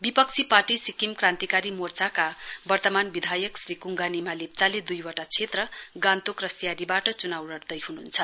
विपक्षी पार्टी सिक्किम क्रान्तिकारी मोर्चाका वर्तमान विधायक श्री कुङ्गा निमा लेप्चाले दुईवटा क्षेत्र गान्तोक र सियारीबाट चुनाउ लड्दै हुनुहुन्छ